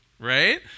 right